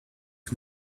que